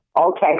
Okay